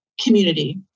community